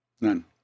none